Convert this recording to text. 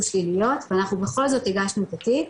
שלילות ואנחנו בכל זאת הגשנו את התיק,